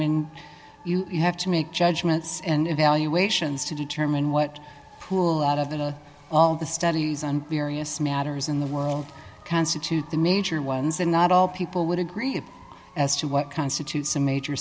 mean you have to make judgments and evaluations to determine what pool out of the the studies on various matters in the world constitute the major ones that not all people would agree as to what constitutes a major